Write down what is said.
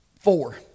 Four